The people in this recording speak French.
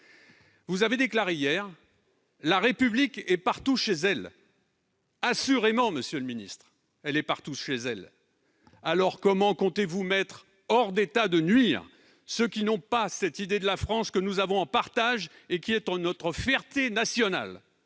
Vous avez déclaré hier :« la République est partout chez elle ». Assurément, monsieur le ministre ! Dès lors, comment comptez-vous mettre hors d'état de nuire ceux qui n'ont pas cette idée de la France que nous avons en partage et qui est notre fierté nationale ?